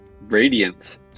Radiant